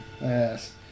Yes